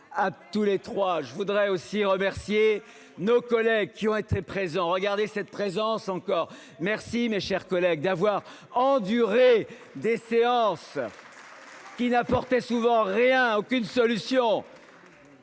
Je voudrais aussi remercier nos collègues qui ont été présents, regardez cette présence encore merci mes chers collègues d'avoir enduré des séances. Qui n'apportait souvent rien aucune solution.